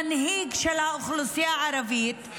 מנהיג של האוכלוסייה הערבית,